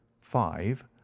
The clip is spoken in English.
five